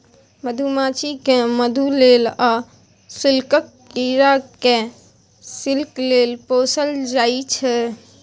मधुमाछी केँ मधु लेल आ सिल्कक कीरा केँ सिल्क लेल पोसल जाइ छै